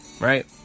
right